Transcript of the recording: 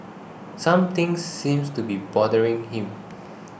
something seems to be bothering him